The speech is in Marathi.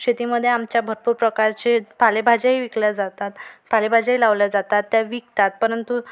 शेतीमध्ये आमच्या भरपूर प्रकारचे पालेभाज्याही विकल्या जातात पालेभाज्याही लावल्या जातात त्या विकतात परंतु